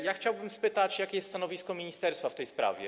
Ja chciałbym spytać, jakie jest stanowisko ministerstwa w tej sprawie.